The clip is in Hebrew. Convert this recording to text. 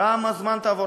כמה זמן ייקח